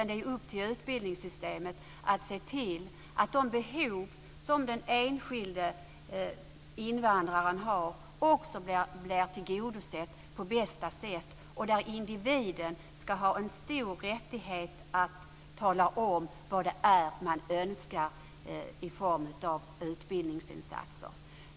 Det är upp till utbildningssystemet att se till att de behov som den enskilde invandraren har också blir tillgodosedda på bästa sätt. Individen ska ha en stor rättighet att tala om vad man önskar i form av utbildningsinsatser.